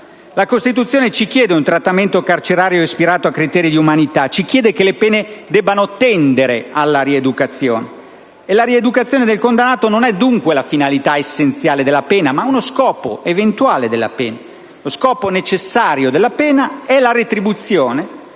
La Costituzione ci chiede un trattamento carcerario ispirato a criteri di umanità; ci chiede che le pene tendano alla rieducazione del condannato. La rieducazione del condannato non è dunque la finalità essenziale della pena, ma uno scopo eventuale della pena. Lo scopo necessario della pena è la retribuzione,